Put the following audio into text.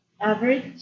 Average